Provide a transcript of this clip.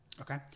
okay